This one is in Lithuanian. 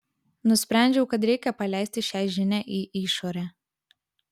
nusprendžiau kad reikia paleisti šią žinią į išorę